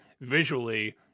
visually